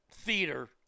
theater